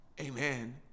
amen